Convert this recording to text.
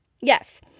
Yes